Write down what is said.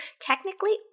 technically